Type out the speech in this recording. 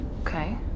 Okay